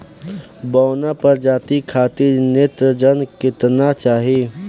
बौना प्रजाति खातिर नेत्रजन केतना चाही?